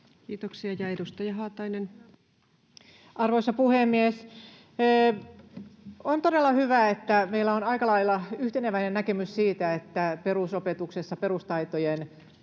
Time: 12:44 Content: Arvoisa puhemies! On todella hyvä, että meillä on aika lailla yhteneväinen näkemys siitä, että perusopetuksessa perustaitojen